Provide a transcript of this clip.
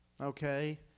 Okay